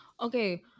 Okay